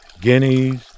guineas